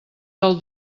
del